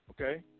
okay